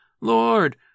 Lord